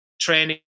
training